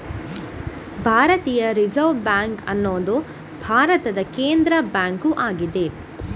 ಭಾರತೀಯ reserve bank ಅನ್ನುದು ಭಾರತದ ಕೇಂದ್ರ ಬ್ಯಾಂಕು ಆಗಿದೆ